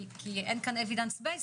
כי אין כאן evidence based,